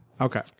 Okay